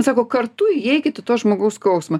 sako kartu įeikit į to žmogaus skausmą